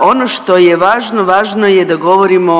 Ono što je važno, važno je da govorimo